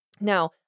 Now